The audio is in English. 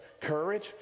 courage